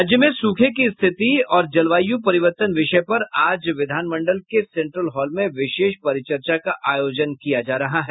राज्य में सूखे की स्थिति और जलवायू परिवर्तन विषय पर आज विधानमंडल के सेंट्रल हॉल में विशेष परिचर्चा का आयोजन किया जा रहा है